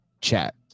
chat